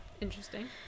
Interesting